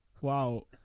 wow